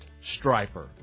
striper